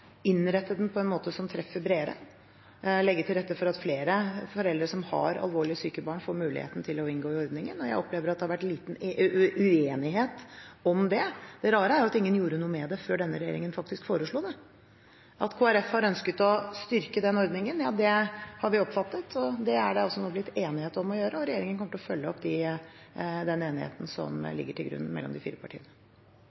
innrette den på en måte som treffer bredere, og legge til rette for at flere foreldre som har alvorlig syke barn, får muligheten til å inngå i ordningen – og jeg opplever at det har vært liten uenighet om det. Det rare er at ingen gjorde noe med det før denne regjeringen faktisk foreslo det. At Kristelig Folkeparti har ønsket å styrke denne ordningen, har vi oppfattet. Det er det også blitt enighet om å gjøre, og regjeringen kommer til å følge opp den enigheten som